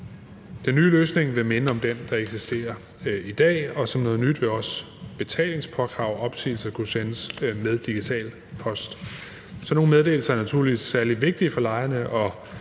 Den nye løsning vil minde om den, der eksisterer i dag, og som noget nyt vil også betalingspåkrav og opsigelser kunne sendes med Digital Post. Sådan nogle meddelelser er naturligvis særlig vigtige for lejerne,